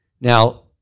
Now